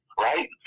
Right